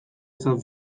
izan